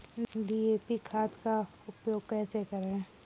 DAP खाद का उपयोग कैसे करें?